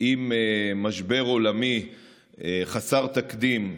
עם משבר עולמי חסר תקדים,